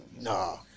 No